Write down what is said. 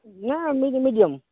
ନା medi medium